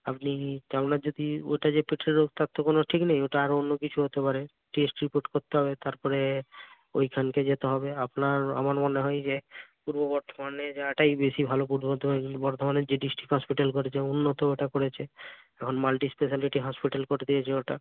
আপনি তো আপনার যদি ওটা যে পেটের রোগ তার তো কোনো ঠিক নেই ওটা আর অন্য কিছুও হতে পারে টেস্ট রিপোর্ট করতে হবে তারপরে ওইখানকে যেতে হবে আপনার আমার মনে হয় যে পূর্ব বর্ধমানে যাওয়াটাই বেশি ভালো পূর্ব বর্ধমানে যে ডিস্ট্রিক্ট হসপিটাল করেছে উন্নত ওটা করেছে এখন মাল্টিস্পেশালিটি হসপিটাল করে দিয়েছে ওটা